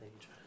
age